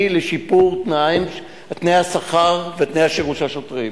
לשיפור בתנאי השכר ותנאי השירות של השוטרים.